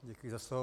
Děkuji za slovo.